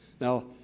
Now